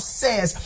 says